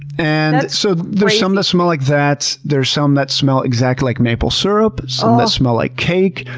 and so there's some that smell like that. there's some that smell exactly like maple syrup, some that smell like cake,